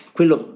Quello